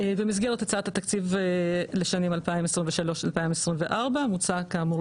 במסדרת הצעת התקציב לשנים 2023-2024 מוצע כאמור,